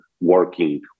working